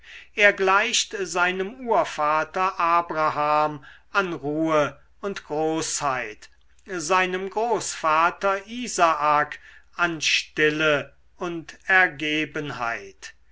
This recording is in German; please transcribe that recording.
er gleicht seinem urvater abraham an ruhe und großheit seinem großvater isaak an stille und ergebenheit